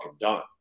done